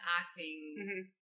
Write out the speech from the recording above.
acting